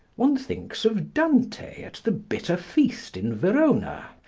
one thinks of dante at the bitter feast in verona,